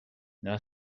nella